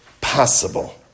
possible